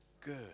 good